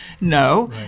No